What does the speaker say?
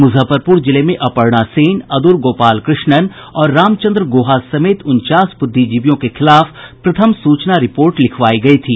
मुजफ्फरपुर जिले में अपर्णा सेन अदूर गोपाल कृष्णन और रामचन्द्र गुहा समेत उनचास बुद्धिजीवियों के खिलाफ प्रथम सूचना रिपोर्ट लिखवाई गयी थी